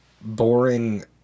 boring